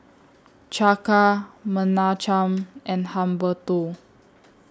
Chaka Menachem and Humberto